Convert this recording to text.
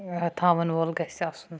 تھاوان وول گژھِ آسُن